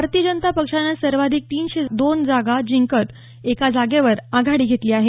भारतीय जनता पक्षानं सर्वाधिक तीनशे दोन जागा जिंकत एका जागेवर आघाडी घेतली आहे